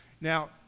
Now